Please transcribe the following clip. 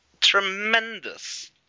tremendous